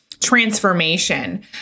transformation